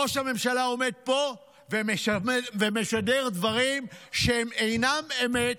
ראש הממשלה עומד פה ומשדר דברים שהם אינם אמת